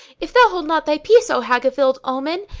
if thou hold not thy peace, o hag of ill omen,